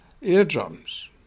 eardrums